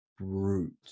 brute